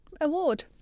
award